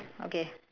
okay